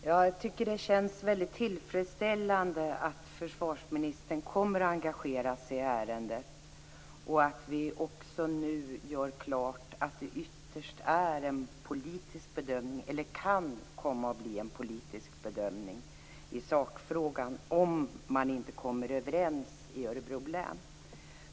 Fru talman! Det känns mycket tillfredsställande att försvarsministern kommer att engagera sig i ärendet och att vi också nu gör klart att det ytterst kan komma att bli en politisk bedömning i sakfrågan, om man inte kommer överens i Örebro län.